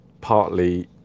partly